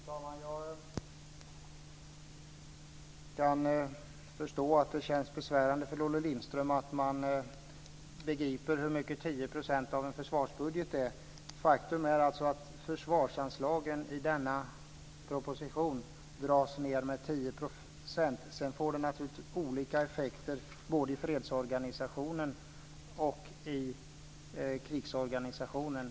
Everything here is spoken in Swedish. Fru talman! Jag kan förstå att det känns besvärande för Olle Lindström att jag begriper hur mycket 10 % av en försvarsbudget är. Faktum är att försvarsanslagen i propositionen dras ned med 10 %. Det får naturligtvis numerärt olika effekter både i fredsorganisationen och i krigsorganisationen.